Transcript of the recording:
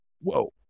whoa